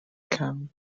can